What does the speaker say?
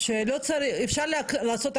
יכול להיות שאין דרך אחרת ופשוט כן לדבר עם